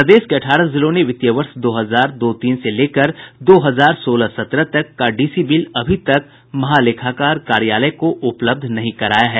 प्रदेश के अठारह जिलों ने वित्तीय वर्ष दो हजार दो तीन से लेकर दो हजार सोलह सत्रह तक का डीसी बिल अभी तक महालेखाकार कार्यालय को उपलब्ध नहीं कराया है